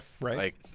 right